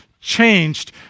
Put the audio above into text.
changed